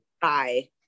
Bye